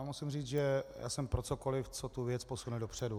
Musím říct, že jsem pro cokoliv, co tu věc posune dopředu.